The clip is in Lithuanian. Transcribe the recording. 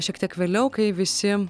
šiek tiek vėliau kai visi